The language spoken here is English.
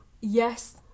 Yes